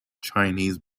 chinese